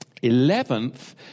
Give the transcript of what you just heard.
Eleventh